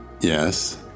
yes